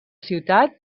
ciutat